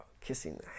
kissing